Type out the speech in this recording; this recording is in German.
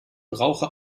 brauche